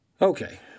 Okay